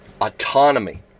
autonomy